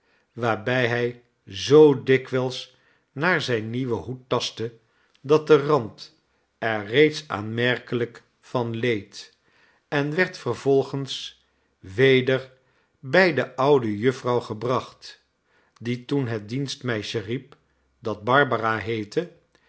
waarbij hij zoo dikwijls naar zijn nieuwen hoed tastte dat de rand er reeds aanmerkelijk van leed en werd vervolgens weder bij de oude jufvrouw gebracht die toen het dienstmeisje riep dat